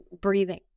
breathing